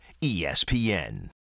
ESPN